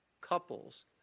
couples